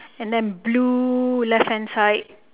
and then blue left hand side